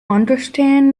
understand